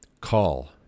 Call